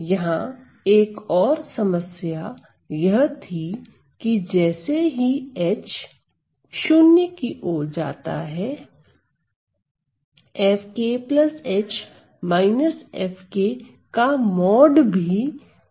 यहां एक और समस्या यह थी कि जैसे ही h 0 की ओर जाता है भी 0 की ओर जाता है